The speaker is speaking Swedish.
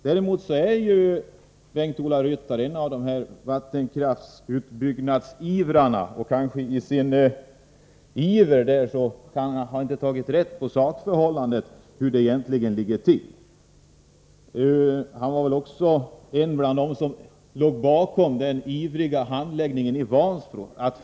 Däremot är Bengt-Ola Ryttar en av vattenkraftsutbyggnadsivrarna, och i sin iver har han kanske inte tagit reda på sakförhållandena, hur det egentligen ligger till. Han var också bland dem som låg bakom den ivriga handläggningen i Vansbro.